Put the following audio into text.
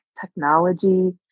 technology